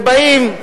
ובאים,